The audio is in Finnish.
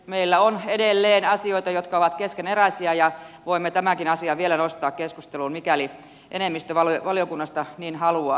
meillä on edelleen asioita jotka ovat keskeneräisiä ja uskon että voimme tämänkin asian vielä nostaa keskusteluun mikäli enemmistö valiokunnasta niin haluaa